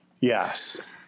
Yes